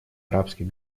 арабских